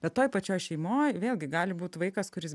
bet toj pačioj šeimoj vėlgi gali būt vaikas kuris